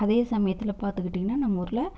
அதே சமயத்தில் பார்த்துக்கிட்டிங்னா நம்மூரில்